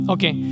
Okay